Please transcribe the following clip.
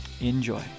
enjoy